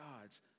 God's